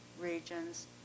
regions